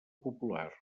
popular